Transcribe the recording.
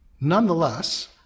Nonetheless